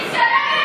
בכלא.